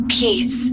peace